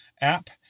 app